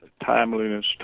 timeliness